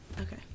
okay